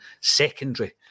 secondary